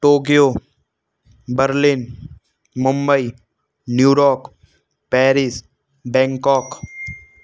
Tokyo Berlin Mumbai New York Paris Bangkok